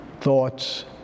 thoughts